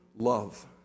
Love